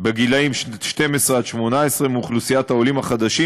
גילאי 12 18 מאוכלוסיית העולים החדשים,